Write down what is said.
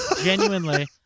genuinely